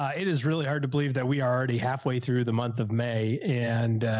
ah it is really hard to believe that we are already halfway through the month of may and,